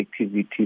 activity